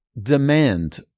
demand